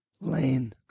lane